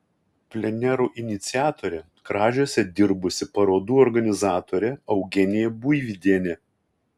plenerų iniciatorė kražiuose dirbusi parodų organizatorė eugenija buivydienė